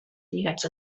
lligats